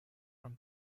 from